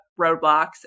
roadblocks